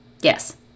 Yes